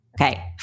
Okay